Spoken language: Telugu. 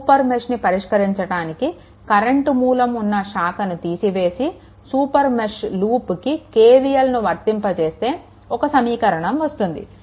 సూపర్ మెష్ని పరిష్కరించడానికి కరెంట్ మూలం ఉన్న శాఖని తీసివేసి సూపర్ మెష్ లూప్కి KVLను వర్తింపజేస్తే ఒక సమీకరణం వస్తుంది